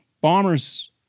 Bombers